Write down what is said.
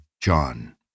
John